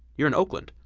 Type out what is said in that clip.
you're in oakland.